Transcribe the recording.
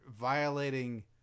violating